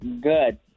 Good